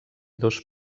dos